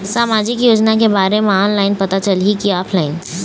सामाजिक योजना के बारे मा ऑनलाइन पता चलही की ऑफलाइन?